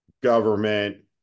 government